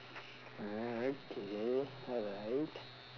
mm okay alright